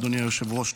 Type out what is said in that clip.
אדוני היושב-ראש.